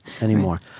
anymore